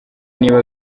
niba